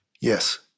Yes